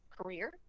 career